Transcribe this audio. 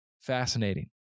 fascinating